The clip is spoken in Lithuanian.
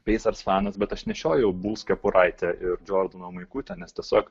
peisers fanas bet aš nešiojau buls kepuraitę ir džordano maikutę nes tiesiog